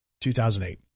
2008